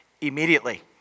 immediately